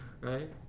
Right